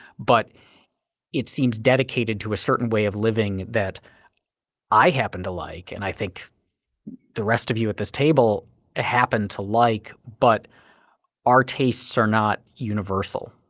but it seems dedicated to a certain way of living that i happen to like and i think the rest of you at this table ah happen to like. but our tastes are not universal.